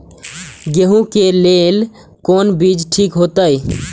गेहूं के लेल कोन बीज ठीक होते?